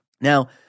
Now